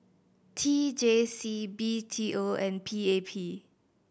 T J C B T O and P A P